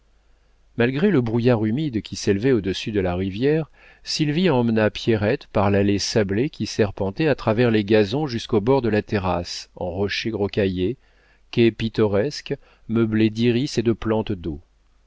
malgré le brouillard humide qui s'élevait au-dessus de la rivière sylvie emmena pierrette par l'allée sablée qui serpentait à travers les gazons jusqu'au bord de la terrasse en rochers rocaillés quai pittoresque meublé d'iris et de plantes d'eau